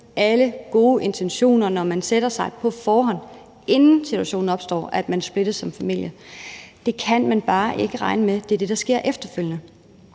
Alle de gode intentioner, man har på forhånd, inden den situation opstår, at man splittes ad som familie, kan man bare ikke regne med er det, der sker efterfølgende.